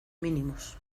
mínimos